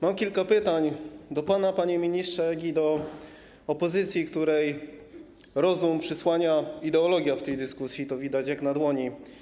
Mam kilka pytań do pana, panie ministrze, jak i do opozycji, której rozum przysłania ideologia w tej dyskusji, to widać jak na dłoni.